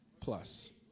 plus